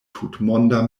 tutmonda